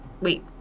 Wait